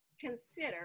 consider